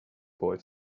boy